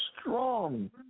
strong